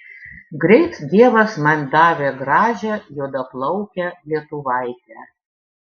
greit dievas man davė gražią juodaplaukę lietuvaitę